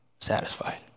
satisfied